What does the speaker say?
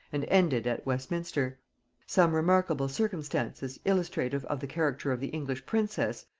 and ended at westminster some remarkable circumstances illustrative of the character of the english princess,